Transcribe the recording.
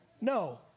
no